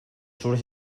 surt